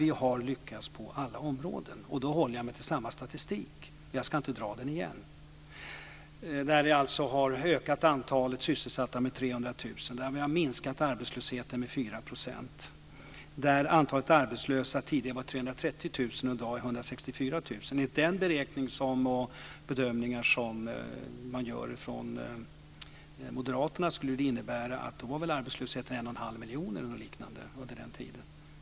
Vi har lyckats på alla områden. Jag håller mig till samma statistik som förut. Jag ska inte dra den igen. Vi har ökat antalet sysselsatta med 300 000. Vi har minskat arbetslösheten med 4 %. Antalet arbetslösa var tidigare 330 000 och är i dag 164 000. Enligt de bedömningar som moderaterna gör skulle innebära att arbetslösheten var 1 1⁄2 miljon under den tiden.